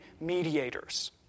mediators